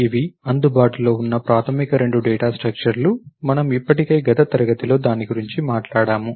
ఇవి అందుబాటులో ఉన్న ప్రాథమిక రెండు డేటా స్ట్రక్చర్ లు మనము ఇప్పటికే గత తరగతిలో దాని గురించి మాట్లాడాము